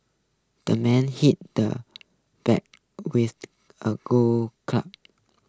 the man hit the bag with a golf club